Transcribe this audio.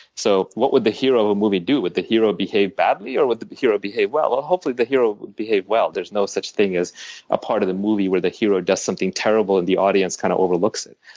so what would the hero of the movie do? would the hero behave badly or would the hero behave well? well, ah hopefully the hero would behave well. there's no such thing as a part of the movie where the hero does something terrible and the audience kind of overlooks it.